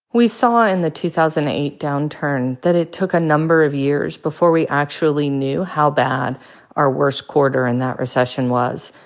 we saw in the two thousand and eight downturn that it took a number of years before we actually knew how bad our worst quarter in that recession was,